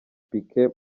piqué